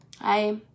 Hi